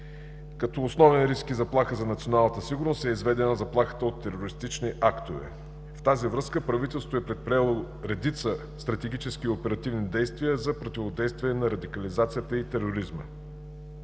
Като основен риск и заплаха за националната сигурност е изведена заплахата от терористични актове. В тази връзка правителството е предприело редица стратегически и оперативни действия за противодействие на радикализацията и тероризма.